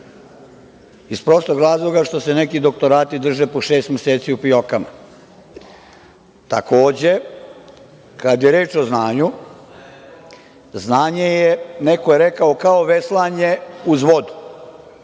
iz prostog razloga zato što se neki doktorati drže po šest meseci u fijokama. Takođe, kad je reč o znanju, znanje je, neko je rekao kao veslanje uz vodu,